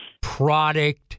product